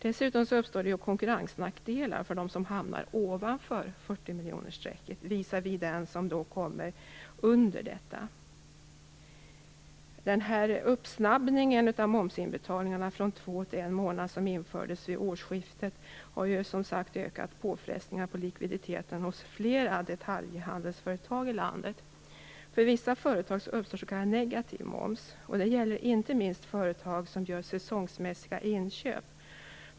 Dessutom uppstår konkurrensnackdelar för dem som hamnar ovanför 40-miljonersstrecket visavi dem som kommer under detta. Den här uppsnabbningen av momsinbetalningarna från två till en månad, som infördes vid årsskiftet har som sagt ökat påfrestningarna på likviditeten hos flera detaljhandelsföretag i landet. För vissa företag uppstår s.k. negativ moms. Det gäller inte minst företag som gör säsongsmässiga inköp.